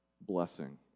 blessing